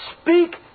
speak